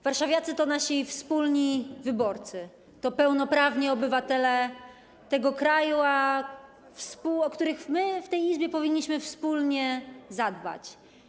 Warszawiacy to nasi wspólni wyborcy, to pełnoprawni obywatele tego kraju, o których my w tej Izbie powinniśmy wspólnie zadbać.